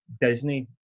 Disney